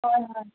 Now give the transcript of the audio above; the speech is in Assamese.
হয় হয়